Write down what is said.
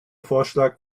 vorschlag